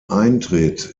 eintritt